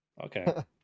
okay